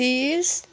तिस